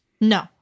no